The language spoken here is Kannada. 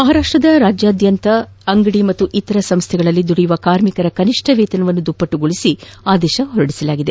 ಮಹಾರಾಷ್ಟ ರಾಜ್ಯಾದ್ಯಂತ ಅಂಗಡಿ ಹಾಗೂ ಇತರೆ ಸಂಸ್ಥೆಗಳಲ್ಲಿ ದುಡಿಯುವ ಕಾರ್ಮಿಕರ ಕನಿಷ್ಣ ವೇತನವನ್ನು ದುಪ್ಲಟ್ಟುಗೊಳಿಸಿ ಆದೇಶ ಹೊರಡಿಸಿದೆ